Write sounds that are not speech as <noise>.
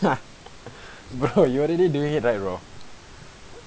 <laughs> bro you already doing it right bro